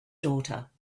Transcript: daughter